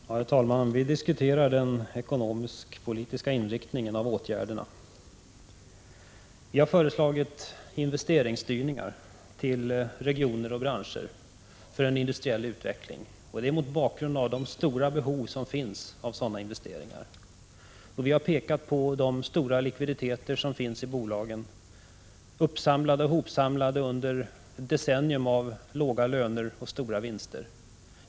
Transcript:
Herr talman! Vi diskuterar den ekonomisk-politiska inriktningen av åtgärderna. Vi har föreslagit investeringsstyrningar till vissa regioner och branscher för en industriell utveckling. Detta har vi gjort mot bakgrund av det stora behovet av sådana investeringar. Vi har pekat på de stora likviditeterna inom bolagen, hopsamlade under decennier av låga löner och stora vinster.